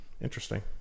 interesting